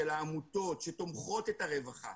של העמותות שתומכות את הרווחה.